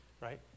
right